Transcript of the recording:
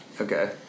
Okay